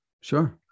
Sure